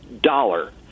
dollar